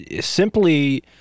simply